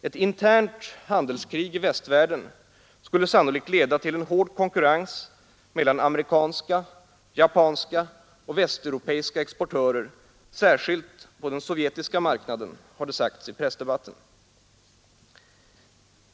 Ett internt handelskrig i västvärlden skulle sannolikt leda till en hård konkurrens mellan amerikanska, japanska och västeuropeiska exportörer, särskilt på den sovjetiska marknaden, har det sagts i pressdebatten.